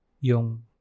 yung